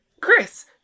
Chris